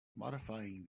modifying